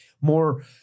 more